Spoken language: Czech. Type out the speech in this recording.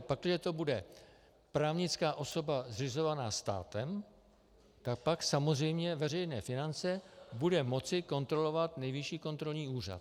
Pakliže to bude právnická osoba zřizovaná státem, tak pak samozřejmě veřejné finance bude moci kontrolovat Nejvyšší kontrolní úřad.